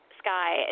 sky